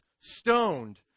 stoned